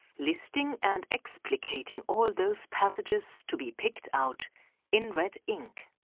listing and explicating all those passages to be picked out in red ink.